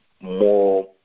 more